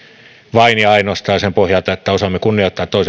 vain ja ainoastaan sen pohjalta että osaamme kunnioittaa